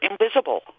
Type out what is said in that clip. invisible